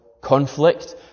conflict